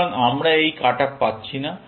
সুতরাং আমরা এই কাট অফ পাচ্ছি না